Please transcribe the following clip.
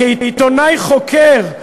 כעיתונאי חוקר,